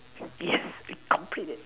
yes we complete it